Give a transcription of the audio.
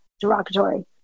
derogatory